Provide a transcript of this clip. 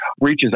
reaches